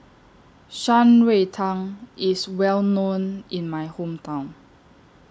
Shan Rui Tang IS Well known in My Hometown